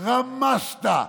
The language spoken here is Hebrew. רמסת,